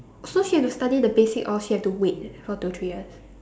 so she had to study the basic or she had to wait four to three years